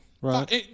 Right